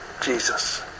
Jesus